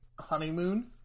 honeymoon